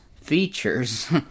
features